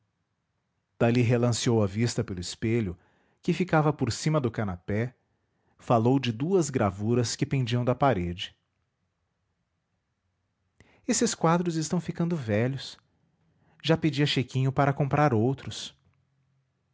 lendo dali relanceou a vista pelo espelho que ficava por cima do canapé falou de duas gravuras que pendiam da parede estes quadros estão ficando velhos já pedi a chiquinho para comprar outros